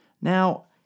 Now